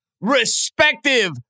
respective